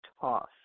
toss